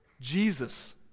Jesus